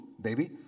baby